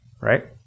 right